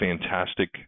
fantastic